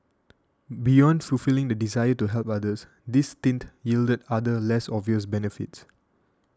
beyond fulfilling the desire to help others this stint yielded other less obvious benefits